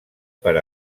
per